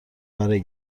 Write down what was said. برای